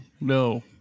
No